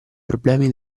problemi